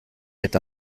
est